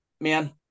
man